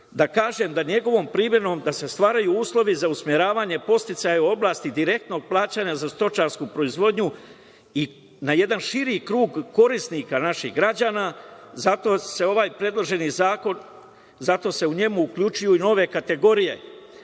da kažem. NJegovom primenom se stvaraju uslovi za usmeravanje podsticaja u oblasti direktnog plaćanja za stočarsku proizvodnju i na jedan širi krug korisnika, naših građana. Zato se u ovom predloženom zakonu uključuju nove kategorije